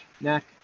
neck